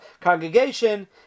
congregation